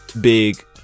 big